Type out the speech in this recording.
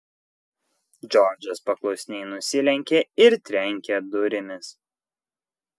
džordžas paklusniai nusilenkė ir trenkė durimis